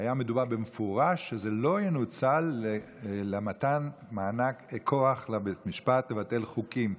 היה מדובר במפורש שזה לא ינוצל למתן כוח לבתי המשפט לבטל חוקים.